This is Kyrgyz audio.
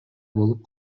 болуп